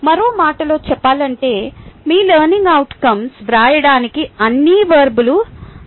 మరో మాటలో చెప్పాలంటే మీ లెర్నింగ్ అవుట్కo వ్రాయడానికి అన్ని వర్బ్లు సరిపోకపోవచ్చు